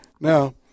Now